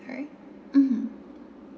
alright mmhmm